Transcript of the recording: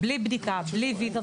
אלה שמשתקעים לא משתנים כתוצאה